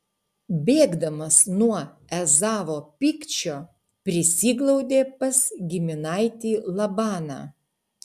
bėgdamas nuo ezavo pykčio prisiglaudė pas giminaitį labaną